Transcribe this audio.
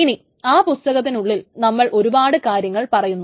ഇനി ആ പുസ്തകത്തിനുള്ളിൽ നമ്മൾ ഒരുപാട് കാര്യങ്ങൾ പറയുന്നു